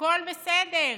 הכול בסדר.